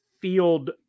field